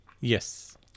Yes